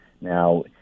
Now